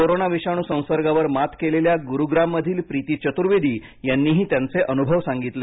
corona विषाणू संसर्गावर मात केलेल्या गुरुग्राममधील प्रिती चतुर्वेदी यांनीही त्यांचे अनुभव सांगितले